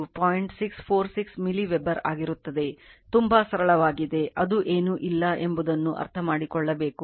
646 milliweber ಆಗಿರುತ್ತದೆ ತುಂಬಾ ಸರಳವಾಗಿದೆ ಅದು ಏನೂ ಇಲ್ಲ ಎಂಬುದನ್ನು ಅರ್ಥಮಾಡಿಕೊಳ್ಳಬೇಕು